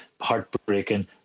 heartbreaking